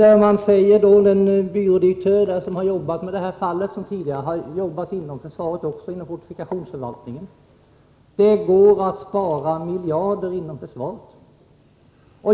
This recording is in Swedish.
En byrådirektör på riksrevisionsverket som har sysslat med detta — han har tidigare arbetat i fortifikationsförvaltningen — säger att det går att spara miljarder inom försvaret.